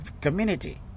community